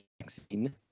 vaccine